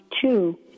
two